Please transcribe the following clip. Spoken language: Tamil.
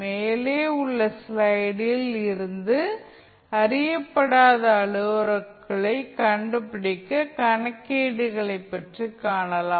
மேலே உள்ள ஸ்லைடில் இருந்து அறியப்படாத அளவுருக்களைக் கண்டுபிடிக்க கணக்கீடுகளைப் பற்றி காணலாம்